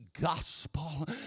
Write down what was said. gospel